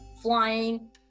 flying